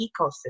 ecosystem